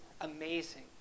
amazing